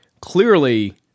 clearly